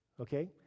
okay